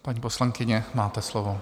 Paní poslankyně, máte slovo.